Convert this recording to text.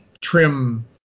trim